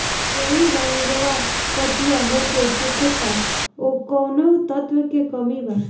बैगरी रंगवा पतयी होके सुखता कौवने तत्व के कमी बा?